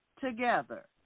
together